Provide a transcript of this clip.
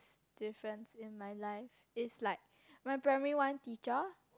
difference in my life is like my primary one teacher